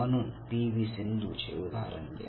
म्हणून P V Sindhu चे उदाहरण घ्या